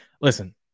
listen